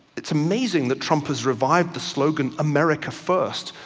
it's amazing that trump has revived the slogan america first.